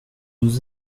nous